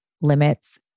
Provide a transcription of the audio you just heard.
limits